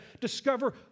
discover